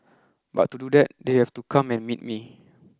but to do that they have to come and meet me